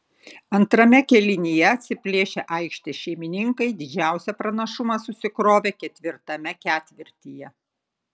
antrame kėlinyje atsiplėšę aikštės šeimininkai didžiausią pranašumą susikrovė ketvirtame ketvirtyje